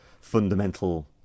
fundamental